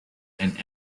and